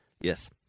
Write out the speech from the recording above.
Yes